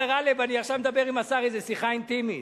גאלב, אני עכשיו מדבר עם השר איזו שיחה אינטימית.